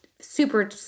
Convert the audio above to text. super